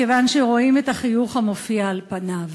מכיוון שרואים את החיוך המופיע על פניו,